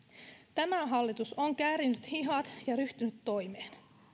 tämä hallitus on käärinyt hihat ja ryhtynyt toimeen